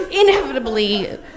inevitably